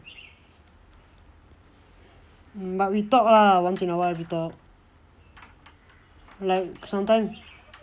but we talk lah once in awhile we talk like sometimes